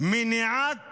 מניעת